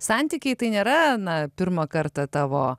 santykiai tai nėra na pirmą kartą tavo